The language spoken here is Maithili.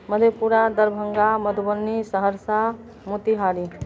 मधेपुरा दरभङ्गा मधुबनी सहरसा मोतिहारी